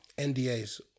NDAs